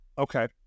Okay